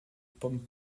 pom